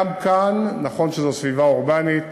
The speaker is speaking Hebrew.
גם כאן, נכון שזו סביבה אורבנית,